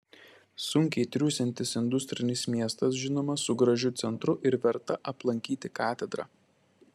sunkiai triūsiantis industrinis miestas žinoma su gražiu centru ir verta aplankyti katedra